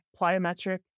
plyometric